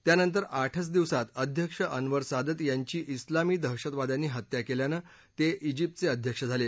त्यानंतर आठघ दिवसात अध्यक्ष अन्वर सादित यांची उलामी दहशतवाद्यांनी हत्या केल्यानं ते जिप्तचे अध्यक्ष झाले